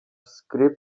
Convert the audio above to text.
skry